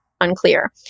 unclear